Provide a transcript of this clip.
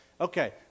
Okay